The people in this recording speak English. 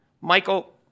Michael